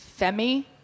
Femi